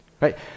right